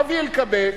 אבי אלקבץ,